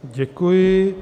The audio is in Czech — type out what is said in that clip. Děkuji.